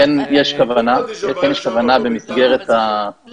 אני יכול להגיד שכן יש כוונה במסגרת התוכנית